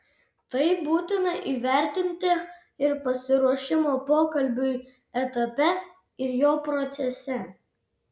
tai būtina įvertinti ir pasiruošimo pokalbiui etape ir jo procese